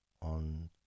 on